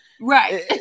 Right